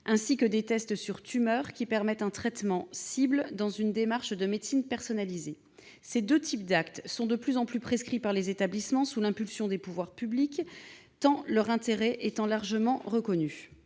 sang, et les tests sur tumeur, qui permettent un traitement ciblé dans une démarche de médecine personnalisée. Ces deux types d'actes sont de plus en plus prescrits par les établissements, sous l'impulsion des pouvoirs publics, leur intérêt étant très largement reconnu.